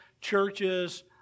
churches